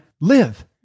live